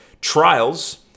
trials